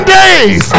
days